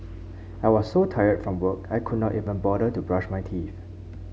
I was so tired from work I could not even bother to brush my teeth